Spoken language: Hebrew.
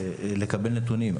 לקבל נתונים.